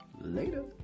Later